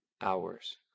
hours